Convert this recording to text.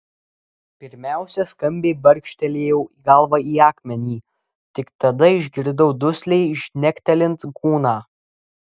pirmiausia skambiai barkštelėjau galva į akmenį tik tada išgirdau dusliai žnektelint kūną